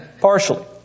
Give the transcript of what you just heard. Partially